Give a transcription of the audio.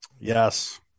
Yes